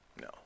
No